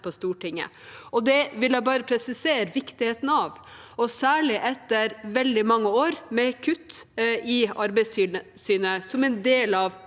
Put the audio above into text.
at dekkes opp. Det vil jeg bare presisere viktigheten av, særlig etter veldig mange år med kutt i Arbeidstilsynet som en del av